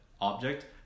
object